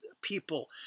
people